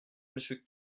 monsieur